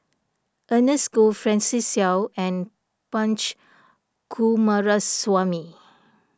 Ernest Goh Francis Seow and Punch Coomaraswamy